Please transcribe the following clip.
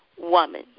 woman